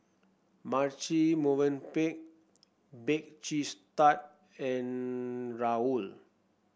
Marche Movenpick Bake Cheese Tart and Raoul